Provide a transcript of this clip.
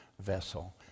vessel